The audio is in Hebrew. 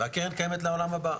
והקרן קיימת לו לעולם הבא.